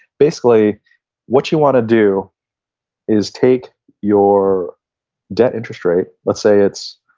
basically what you want to do is take your debt interest rate, lets say it's